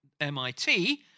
MIT